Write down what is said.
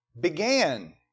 began